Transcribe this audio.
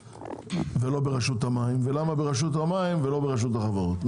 ולמה ברשות המים ולמה ברשות המים ולא ברשות החברות.